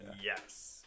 yes